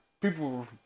people